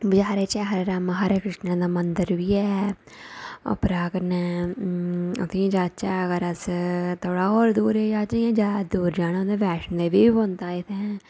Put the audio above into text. बिहारा च हरे रामां हरे कृष्णा दा मंदर बी ऐ उप्परा कन्नै उत्थैं जाचै अगर अस थोह्ड़ा होर दूर जाचै जां दूर जाना होए तां बैश्णो देवी दी पौंदा इत्थै